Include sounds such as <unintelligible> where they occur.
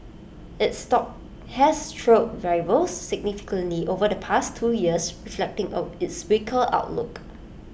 its stock has trailed rivals significantly over the past two years reflecting <unintelligible> its weaker outlook